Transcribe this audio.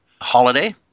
holiday